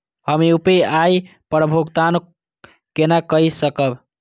हम यू.पी.आई पर भुगतान केना कई सकब?